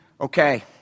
Okay